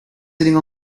sitting